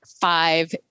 five